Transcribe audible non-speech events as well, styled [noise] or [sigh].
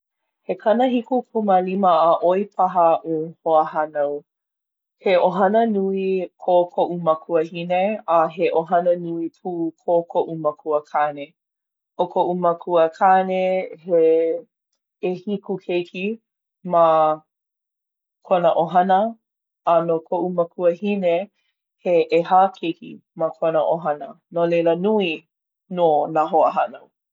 He kanahikikūmālima a ʻoi paha aʻu hoahānau. He ʻohana nui ko koʻu makuahine. A he ʻohana nui pū ko koʻu makuakāne. No koʻu makuakāne, he [hesitation] ʻehiku keiki ma [hesitation] kona ʻohana. A no koʻu makuahine, he ʻehā keiki ma kona ʻohana. No laila, nui [hesitation] nō nā hoahānau.